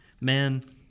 Man